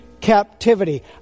Captivity